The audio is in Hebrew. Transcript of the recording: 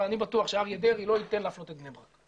אני בטוח שאריה דרעי לא ייתן להפלות את בני ברק.